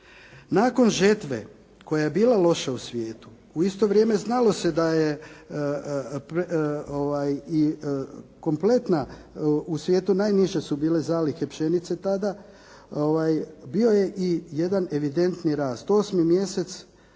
Nakon žetve koja je bila loša u svijetu, u isto vrijeme znalo se da je i kompletna i u svijetu najniže su bile zalihe pšenice tada bio je i jedan evidentni rast, 8. mjesec,